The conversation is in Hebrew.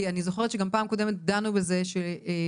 כי אני זוכרת שגם פעם קודמת דנו בזה שעל